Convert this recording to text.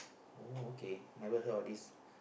oh okay never heard of this